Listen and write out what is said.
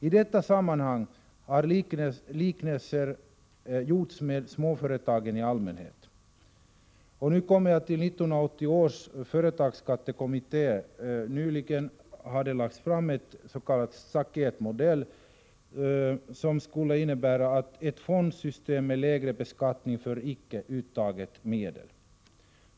I detta sammanhang har liknelser gjorts med småföretagen i allmänhet. 1980 års företagsskattekommitté har nyligen lagt fram ett förslag om en s.k. staketmodell, som skulle innebära ett fondsystem med lägre beskattning för icke uttagna medel.